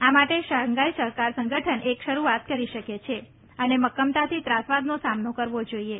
આ માટે શાંઘાઇ સંઘઠન પણ એક શરુઆત કરી શકે છે અને મક્કમતાથી ત્રાસવાદનો સામનો કરવો જાઇએ